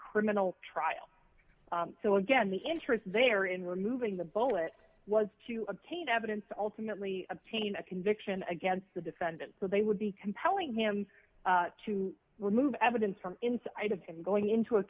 criminal trial so again the interest is there in removing the bullet was to obtain evidence ultimately obtain a conviction against the defendant so they would be compelling him to remove evidence from inside of him going into a